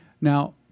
now